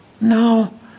no